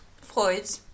Freud